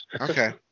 Okay